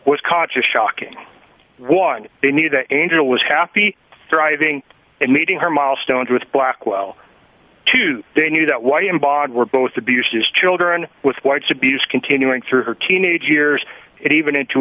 was caught just shocking one they needed the angel was happy driving and meeting her milestones with blackwell two they knew that y m bod were both abused as children with whites abuse continuing through her teenage years it even into